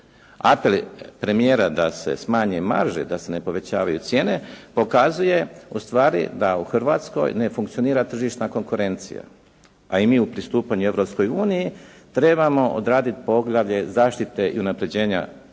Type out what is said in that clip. Apel premijera da se smanje marže, da se ne povećavaju cijene pokazuje u stvari da u Hrvatskoj ne funkcionira tržišna konkurencija. A i mi u pristupanju Europskoj uniji trebamo odraditi poglavlje zaštite i unapređenja